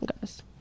guys